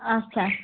اچھا